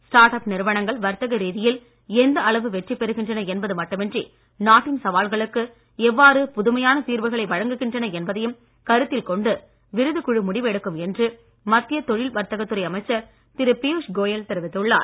start up நிறுவனங்கள் வர்த்தக ரீதியில் எந்த அளவு வெற்றி பெறுகின்றன என்பது மட்டுமின்றி நாட்டின் சவால்களுக்கு எவ்வளவு புதுமையான தீர்வுகளை வழங்குகின்றன என்பதையும் கருத்தில் கொண்டு விருது குழு முடிவு எடுக்கும் என்று மத்திய தொழில் வர்த்தக துறை அமைச்சர் திரு பியூஷ் கோயல் தெரிவித்துள்ளார்